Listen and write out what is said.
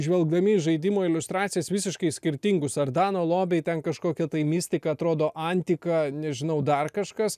žvelgdami į žaidimų iliustracijas visiškai skirtingus ardano lobiai ten kažkokia tai mistika atrodo antika nežinau dar kažkas